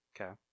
Okay